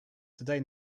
today